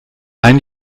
ein